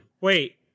Wait